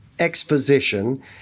exposition